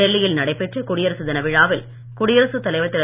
டெல்லியில் நடைபெற்ற குடியரசு தின விழாவில் குடியரசுத் தலைவர் திரு